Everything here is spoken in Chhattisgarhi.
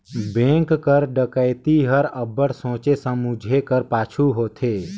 बेंक कर डकइती हर अब्बड़ सोंचे समुझे कर पाछू होथे